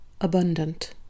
Abundant